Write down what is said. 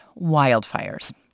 wildfires